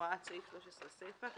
סעיף 13 סיפה,